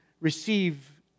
receive